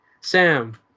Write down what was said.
Sam